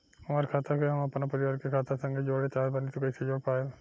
हमार खाता के हम अपना परिवार के खाता संगे जोड़े चाहत बानी त कईसे जोड़ पाएम?